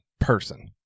person